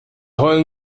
heulen